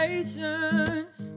Patience